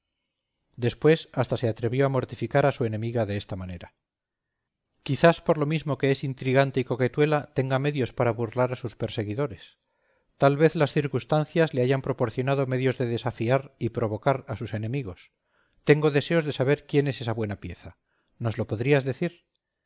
después hasta se atrevió a mortificar a su enemiga de esta manera quizás por lo mismo que es intrigante y coquetuela tenga medios para burlar a sus perseguidores tal vez las circunstancias le hayan proporcionado medios de desafiar y provocar a sus enemigos tengo deseos de saber quién es esa buena pieza nos lo podrías decir